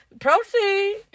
proceed